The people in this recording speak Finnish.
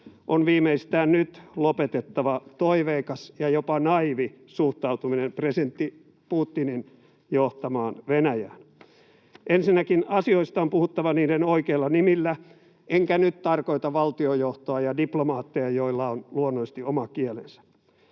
on viimeistään nyt lopetettava toiveikas ja jopa naiivi suhtautuminen presidentti Putinin johtamaan Venäjään. Ensinnäkin asioista on puhuttava niiden oikeilla nimillä, enkä nyt tarkoita valtiojohtoa ja diplomaatteja, joilla on luonnollisesti oma kielensä.